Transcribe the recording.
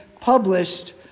published